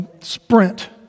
sprint